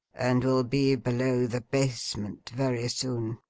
and will be below the basement very soon